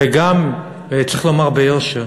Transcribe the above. וגם, צריך לומר ביושר,